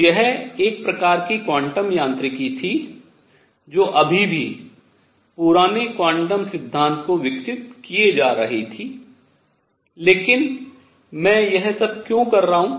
तो यह एक प्रकार की क्वांटम यांत्रिकी थी जो अभी भी पुराने क्वांटम सिद्धांत को विकसित किये जा रही थी लेकिन मैं यह सब क्यों कर रहा हूँ